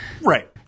right